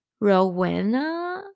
rowena